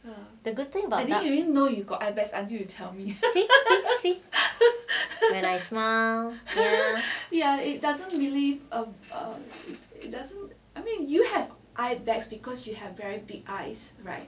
the the good thing about not see see see when I smile